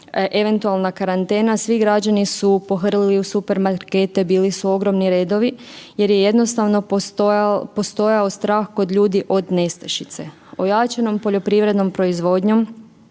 eventualna karantena, svi građani su pohrlili u supermarkete, bili su ogromni redovi jer je jednostavno postojao strah kod ljudi od nestašice. Ojačanom poljoprivrednom proizvodnjom